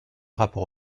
rapport